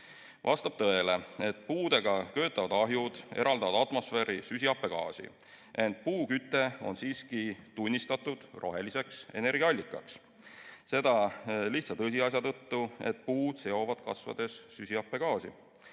Vastab tõele, et puudega köetavad ahjud eraldavad atmosfääri süsihappegaasi, ent puuküte on siiski tunnistatud roheliseks energiaallikaks. Seda lihtsa tõsiasja tõttu, et puud seovad kasvades süsihappegaasi.